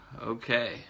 Okay